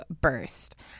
burst